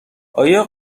آیا